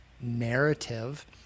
narrative